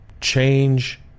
change